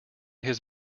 his